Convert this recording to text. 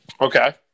Okay